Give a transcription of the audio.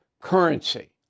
currency